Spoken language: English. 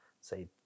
say